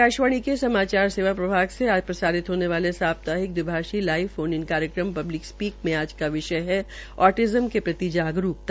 आकाशवाणी के समाचार सेवा प्रभाग से आज प्रसारित होने वाली साप्ताहिक द्विभाषी लाइव इन फोन इन कार्यक्रम पब्लिक स्पीक का विषया है ऑटिज्म के प्रति जागरूकता